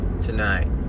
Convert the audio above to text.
tonight